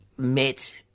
Met